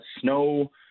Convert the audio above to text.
snow